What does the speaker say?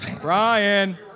Brian